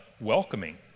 welcoming